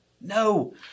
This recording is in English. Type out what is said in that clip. No